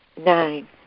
Nine